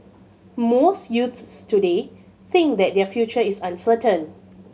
most youths today think that their future is uncertain